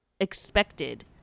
expected